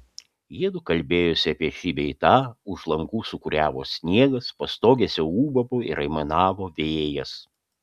jiedu kalbėjosi apie šį bei tą už langų sūkuriavo sniegas pastogėse ūbavo ir aimanavo vėjas